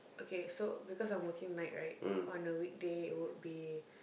okay so because I'm working night right on a weekday it would be